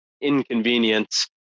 inconvenience